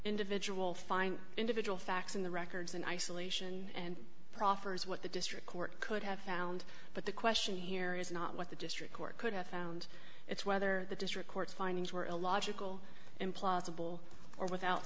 individual find individual facts in the records in isolation and proffers what the district court could have found but the question here is not what the district court could have found it's whether the district court's findings were illogical implausible or without